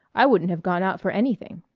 i wouldn't have gone out for anything.